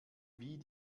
wie